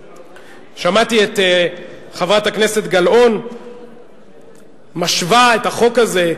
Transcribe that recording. שמעתי את חברת הכנסת גלאון משווה את החוק הזה,